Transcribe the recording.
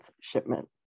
shipment